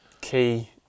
key